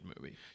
movie